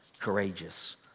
courageous